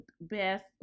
best